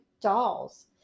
dolls